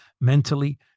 mentally